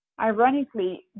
ironically